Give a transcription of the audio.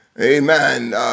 Amen